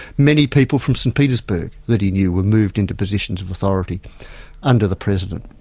many people from st petersburg that he knew were moved into positions of authority under the president.